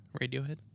Radiohead